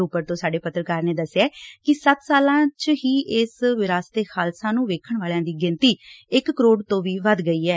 ਰੋਪੜ ਤੋਂ ਸਾਡੇ ਪੱਤਰਕਾਰ ਨੇ ਦੱਸਿਆ ਹੈ ਕਿ ਸੱਤ ਸਾਲਾਂ 'ਚ ਹੀ ਇਸ ਵਿਰਾਸਤ ਏ ਖਾਲਸਾ ਨੂੰ ਵੇਖਣ ਵਾਲਿਆਂ ਦੀ ਗਿਣਤੀ ਇੱਕ ਕਰੋੜ ਤੋਂ ਵੀ ਵਧ ਗਈ ਏ